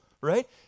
right